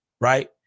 right